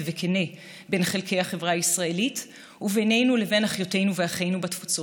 בין חלקי החברה הישראלית ובינינו לבין אחיותינו ואחינו בתפוצות.